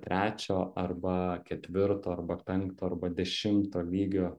trečio arba ketvirto arba penkto arba dešimto lygio